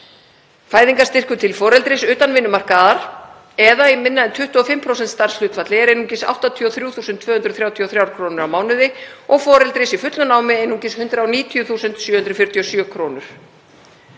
Fæðingarstyrkur til foreldris utan vinnumarkaðar eða í minna en 25% starfshlutfalli er einungis 83.233 kr. á mánuði og foreldris í fullu námi einungis 190.747 kr.